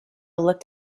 looked